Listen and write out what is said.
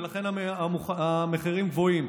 ולכן המחירים גבוהים.